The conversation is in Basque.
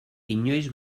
inoiz